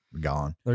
gone